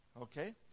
Okay